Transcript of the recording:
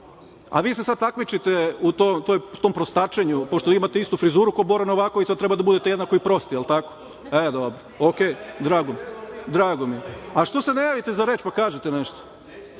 A vi se sada takmičite u tom prostačenju, pošto imate istu frizuru kao Bora Novaković, sada treba da budete i jednako prosti. Jel tako? E, dobro. Okej. Drago mi je. Što se ne javite za reč, pa kažete nešto?